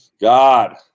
God